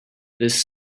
this